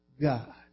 God